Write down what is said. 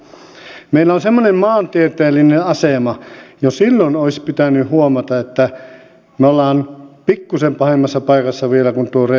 meillä on semmoinen maantieteellinen asema että jo silloin olisi pitänyt huomata että me olemme vielä pikkusen pahemmassa paikassa kuin tuo kreikka